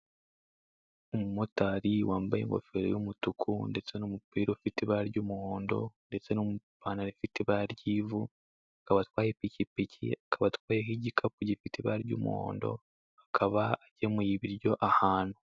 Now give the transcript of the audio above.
Umumotari wambaye ingofero y'umutuku ndetse n'umupira ufite ibara ry'umuhondo ndetse n'ipantaro ifite ibara ry'ivu, akaba atwaye ipikipiki, akaba atwayeho igikapu gifite ibara ry'umuhondo, akaba agemuye ibiryo ahantu.